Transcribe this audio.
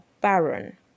baron